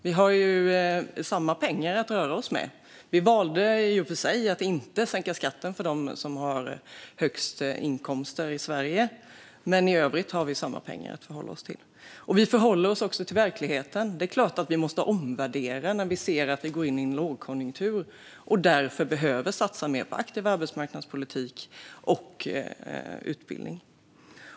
Vi har ju samma pengar att röra oss med. Vi valde i och för sig att inte sänka skatten för dem som har högst inkomster i Sverige, men i övrigt har vi samma pengar att förhålla oss till. Och vi förhåller oss också till verkligheten. Det är klart att vi måste omvärdera när vi ser att vi går in i en lågkonjunktur och därför behöver satsa mer på aktiv arbetsmarknadspolitik och utbildning.